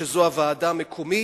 שזו הוועדה המקומית,